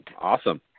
Awesome